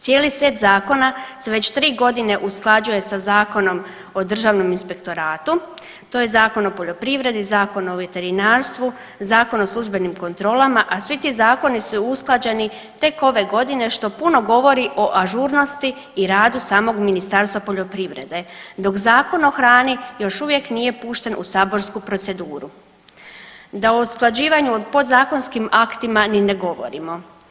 Cijeli set zakona se već 3.g. usklađuje sa Zakonom o državnom inspektoratu, to je Zakon o poljoprivredi, Zakon o veterinarstvu, Zakon o službenim kontrolama, a svi ti zakoni su usklađeni tek ove godine, što puno govori o ažurnosti i radu samog Ministarstva poljoprivrede, dok Zakon o hrani još uvijek nije pušten u saborsku proceduru, da o usklađivanju o podzakonskim aktima ni ne govorimo.